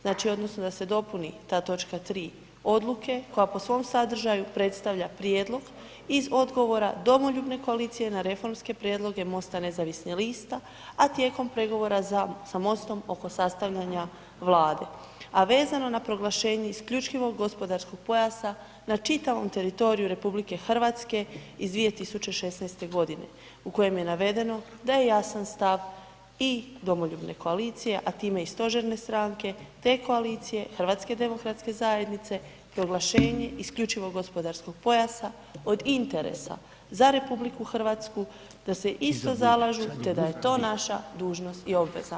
Znači, odnosno da se dopuni ta točka 3. odluke koja po svom sadržaju predstavlja prijedlog iz odgovora Domoljubne koalicije na reformske prijedloge MOST-a nezavisnih lista, a tijekom pregovora za, sa MOST-om oko sastavljanja vlade, a vezano na proglašenje isključivog gospodarskog pojasa na čitavom teritoriju RH iz 2016. godine u kojem je navedeno da je jasan stav i Domoljubne koalicije, a time i stožerne stranke te koalicije HDZ-a proglašenje isključivog gospodarskog pojasa od interesa za RH, da se isto zalažu te da je to naša dužnost i obveza.